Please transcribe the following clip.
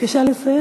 בבקשה לסיים.